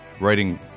writing